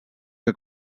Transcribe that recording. que